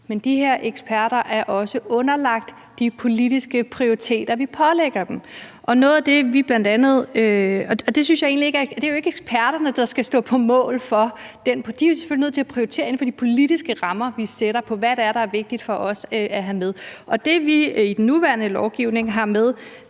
kan, men de her eksperter er også underlagt de politiske prioriteter, vi pålægger dem. Og det er jo ikke eksperterne, der skal stå på mål for det; de er selvfølgelig nødt til at prioritere inden for de politiske rammer, vi sætter, for, hvad der er vigtigt for os at have med. Det, vi i den nuværende lovgivning har med, er